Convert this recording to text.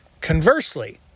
Conversely